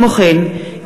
כמו כן,